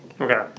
Okay